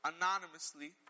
anonymously